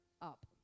up